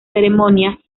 ceremonia